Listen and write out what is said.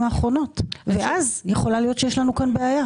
האחרונות ואז יכול להיות שיש לנו כאן בעיה?